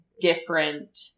different